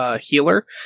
healer